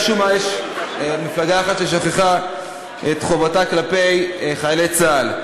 משום מה יש מפלגה אחת ששכחה את חובתה כלפי חיילי צה"ל.